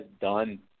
done –